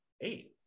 eight